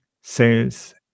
sales